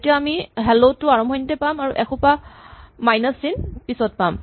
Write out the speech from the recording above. তেতিয়া আমি হেল্ল টো আৰম্ভণিতে পাম আৰু এসোপা মাইনাচ চিন পাম